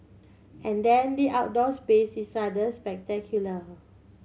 and then the outdoor space is rather spectacular